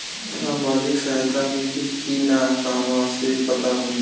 सामाजिक सहायता मिली कि ना कहवा से पता होयी?